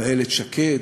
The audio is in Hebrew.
ואיילת שקד,